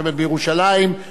ובשנותיה הראשונות,